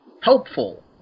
helpful